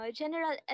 general